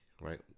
right